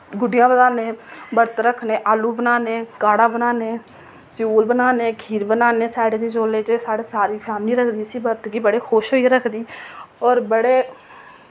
गुड्डियां बधान्ने बर्त रक्खने आलू बनाने काढ़ा बनाने सिउल बनान्ने खीर बनान्ने सेड़े दे चोलें च साढ़ी सारी फैमिली रखदी इस्सी बर्त गी बड़ी खुश होइयै रखदी और बड़े